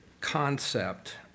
concept